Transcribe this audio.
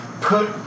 put